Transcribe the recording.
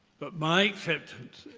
but my acceptance